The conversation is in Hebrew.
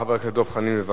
חבר הכנסת דב חנין, בבקשה,